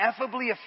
ineffably